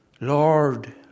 Lord